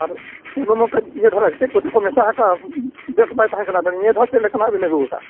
ᱟᱨ ᱥᱩᱱᱩᱢ ᱦᱚᱸ ᱠᱟᱹᱡ ᱤᱭᱟᱹ ᱫᱷᱟᱨᱟ ᱪᱮᱫ ᱠᱚᱪᱚ ᱠᱚ ᱢᱮᱥᱟ ᱟᱠᱟᱜᱼᱟ ᱵᱮᱥ ᱵᱟᱭ ᱛᱟᱦᱮᱱ ᱠᱟᱱᱟ ᱱᱤᱭᱟᱹ ᱫᱷᱟᱣ ᱪᱮᱫᱠᱟᱱᱟᱜ ᱵᱤᱱ ᱟᱹᱜᱩ ᱠᱟᱜᱼᱟ